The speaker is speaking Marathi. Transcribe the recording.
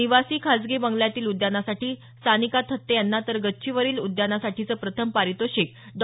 निवासी खासगी बंगल्यातील उद्यानासाठी सानीका थत्ते यांना तर गच्चीवरील उद्यानासाठीचं प्रथम पारितोषिक डॉ